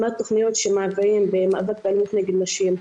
מה התוכניות שמעבירים במאבק באלימות נגד נשים,